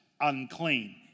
unclean